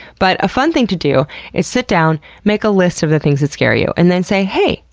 but a fun thing to do is sit down, make a list of the things that scare you, and then say, hey,